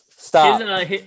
Stop